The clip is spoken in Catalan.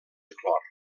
clor